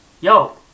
Yo